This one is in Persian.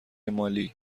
مالی